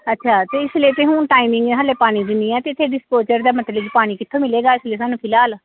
ਅੱਛਾ ਅਤੇ ਇਸ ਹੁਣ ਟਾਈਮਿੰਗ ਹੈ ਹਾਲੇ ਪਾਣੀ ਦੀ ਨਹੀਂ ਹੈ ਇੱਥੇ ਦਾ ਮਤਲਬ ਕਿ ਪਾਣੀ ਕਿੱਥੋਂ ਮਿਲੇਗਾ ਇਸ ਵੇਲੇ ਸਾਨੂੰ ਫਿਲਹਾਲ